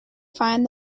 find